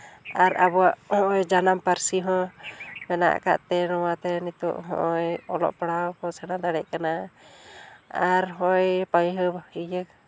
ᱟᱨ ᱟᱵᱚᱣᱟᱜ ᱱᱚᱜᱼᱚᱭ ᱡᱟᱱᱟᱢ ᱯᱟᱹᱨᱥᱤ ᱦᱚᱸ ᱢᱮᱱᱟᱜ ᱟᱠᱟᱫ ᱛᱮ ᱱᱚᱣᱟᱛᱮ ᱱᱤᱛᱳᱜ ᱦᱚᱸᱜᱼᱚᱭ ᱚᱞᱚᱜ ᱯᱟᱲᱦᱟᱣ ᱠᱚ ᱥᱮᱬᱟ ᱫᱟᱲᱮ ᱠᱟᱱᱟ ᱟᱨ ᱦᱚᱭ ᱯᱟᱹᱭᱦᱟᱹ ᱤᱭᱟᱹ